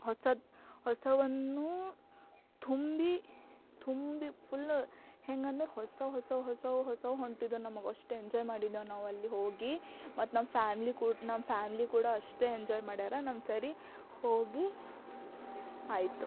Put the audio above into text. ಹೊಸ ಹೊಸದನ್ನು ತುಂಬಿ ತುಂಬಿ ಫುಲ್ಲು ಹೆಂಗಂದ್ರೆ ಹೊಸ ಹೊಸವು ಹೊಸವು ಹೊಸವು ಹೊಂಟಿದ್ವು ನಮಗೆ ಅಷ್ಟು ಎಂಜಾಯ್ ಮಾಡಿದ್ದೇವೆ ನಾವಲ್ಲಿ ಹೋಗಿ ಮತ್ತು ನಮ್ಮ ಫ್ಯಾಮ್ಲಿ ಕೂಡ ನಮ್ಮ ಫ್ಯಾಮ್ಲಿ ಕೂಡ ಅಷ್ಟೇ ಎಂಜಾಯ್ ಮಾಡ್ಯಾರ ನಮ್ಸರಿ ಹೋಗಿ ಆಯ್ತು